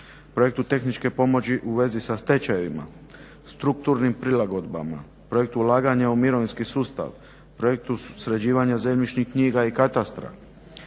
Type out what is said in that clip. projektu tehničke pomoći u vezi sa stečajevima, strukturnim prilagodbama, projektu ulaganja u mirovinski su stav, projektu sređivanja zemljišnih knjiga i katastra,